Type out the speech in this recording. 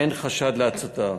אין חשד להצתה.